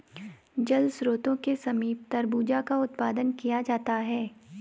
जल स्रोत के समीप तरबूजा का उत्पादन किया जाता है